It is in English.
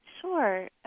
Sure